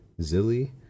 zilly